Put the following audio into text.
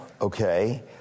Okay